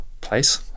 place